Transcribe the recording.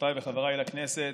חברותיי וחבריי לכנסת,